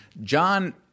John